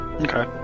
Okay